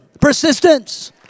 Persistence